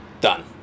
done